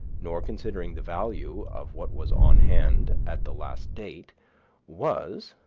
nor considering the value of what was on hand at the last date was